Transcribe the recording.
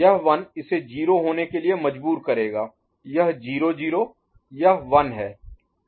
यह 1 इसे 0 होने के लिए मजबूर करेगा यह 0 0 यह 1 है